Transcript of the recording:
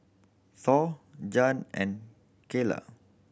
Thor Jann and Cayla